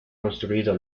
construido